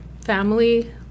family